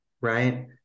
right